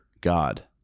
God